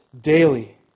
daily